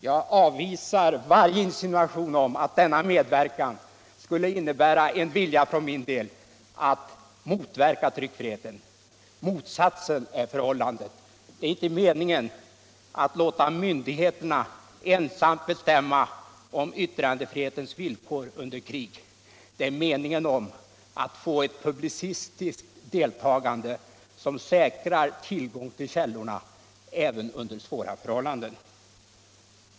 Jag avvisar varje insinuation om att denna medverkan skulle innebära en vilja från min sida att motverka tryckfriheten — motsatsen är förhållandet. Det är inte meningen att låta myndigheterna ensamma bestämma om yttrandefrihetens villkor under krig. Det är meningen att få ett publicistiskt deltagande som säkrar tillgång till källorna även under svåra förhållanden.